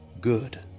Good